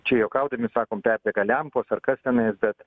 čia juokaudami sakom perdega lempos ar kas tenais bet